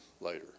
later